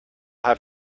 have